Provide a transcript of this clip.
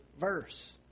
verse